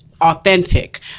authentic